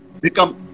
become